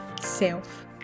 self